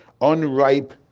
unripe